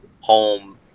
home